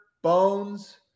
Bones